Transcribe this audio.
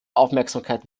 aufmerksamkeit